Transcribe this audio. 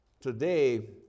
today